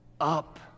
up